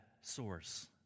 source